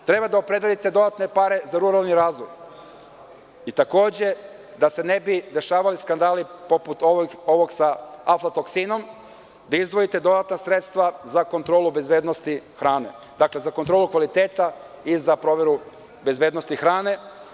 Treba da opredelite dodatne pare za ruralni razvoj i, takođe, da se ne bi dešavali skandali poput ovog sa aflatoksinom, da izdvojite dodatna sredstva za kontrolu bezbednosti hrane, za kontrolu kvaliteta i za proveru bezbednosti hrane.